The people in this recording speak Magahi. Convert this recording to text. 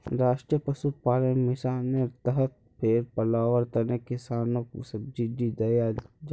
राष्ट्रीय पशुपालन मिशानेर तहत भेड़ पलवार तने किस्सनोक सब्सिडी दियाल जाहा